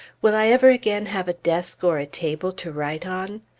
will i ever again have a desk or a table to write on?